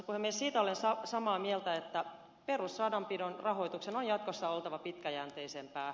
siitä olen samaa mieltä että perusradanpidon rahoituksen on jatkossa oltava pitkäjänteisempää